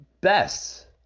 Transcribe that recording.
best